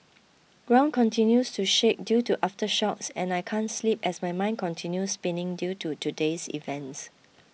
ground continues to shake due to aftershocks and I can't sleep as my mind continue spinning due to today's events